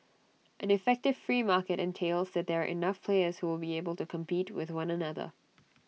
an effective free market entails that there are enough players who will be able to compete with one another